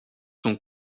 sont